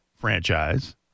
franchise